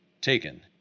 taken